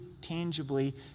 tangibly